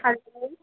hello